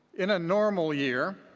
in a normal year,